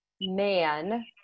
man